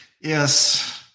Yes